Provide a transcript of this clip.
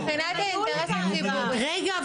--- רגע,